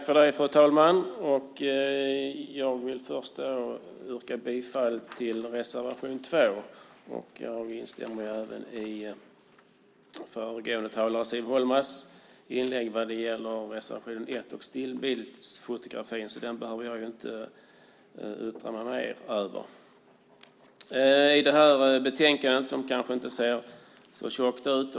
Fru talman! Jag vill först yrka bifall till reservation 2. Jag instämmer i föregående talares, Siv Holmas, inlägg när det gäller reservation 1 och stillbildsfotografering. Den behöver jag inte yttra mig mer över. Det här betänkandet ser inte så tjockt ut.